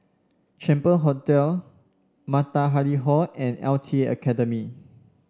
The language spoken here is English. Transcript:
Champion Hotel Matahari Hall and L T A Academy